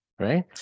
right